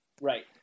right